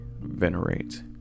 venerate